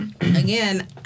again